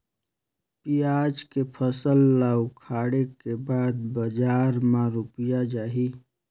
पियाज के फसल ला उखाड़े के बाद बजार मा रुपिया जाही?